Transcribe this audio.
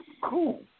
Cool